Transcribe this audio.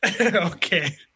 Okay